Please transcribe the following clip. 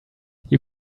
you